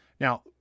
Now